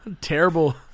Terrible